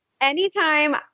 anytime